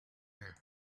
air